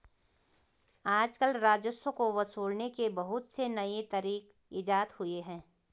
आजकल राजस्व को वसूलने के बहुत से नये तरीक इजात हुए हैं